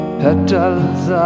petals